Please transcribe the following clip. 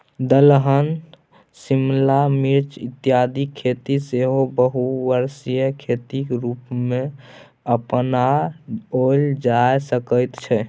दलहन शिमला मिर्च इत्यादिक खेती सेहो बहुवर्षीय खेतीक रूपमे अपनाओल जा सकैत छै